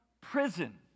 prison